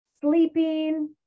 sleeping